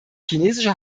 chinesische